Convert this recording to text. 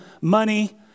money